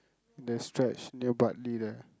that stretch near Bartley there